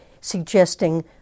suggesting